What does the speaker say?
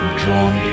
drawn